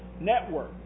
network